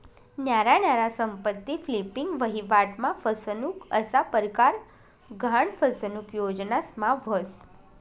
न्यारा न्यारा संपत्ती फ्लिपिंग, वहिवाट मा फसनुक असा परकार गहान फसनुक योजनास मा व्हस